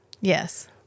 Yes